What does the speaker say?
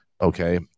Okay